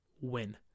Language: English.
Win